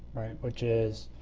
which is